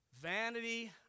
Vanity